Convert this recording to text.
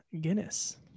Guinness